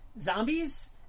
zombies